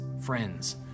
friends